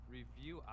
Review